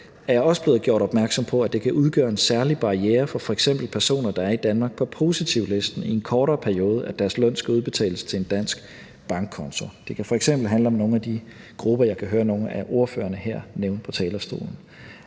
er jeg også blevet gjort opmærksom på, at det kan udgøre en særlig barriere for f.eks. personer, der er i Danmark på positivlisten i en kortere periode, at deres løn skal udbetales til en dansk bankkonto. Det kan f.eks. handle om nogle af de grupper, som jeg kan høre nogle af ordførerne her nævnte på talerstolen,